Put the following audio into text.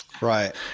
Right